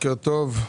בוקר טוב,